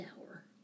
hour